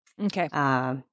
Okay